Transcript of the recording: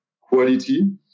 quality